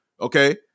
okay